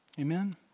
Amen